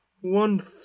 One